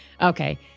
Okay